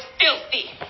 filthy